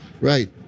right